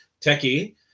Techie